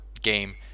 game